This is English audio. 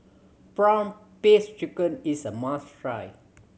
prawn paste chicken is a must try